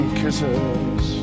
kisses